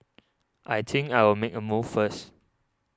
I think I'll make a move first